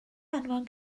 anfon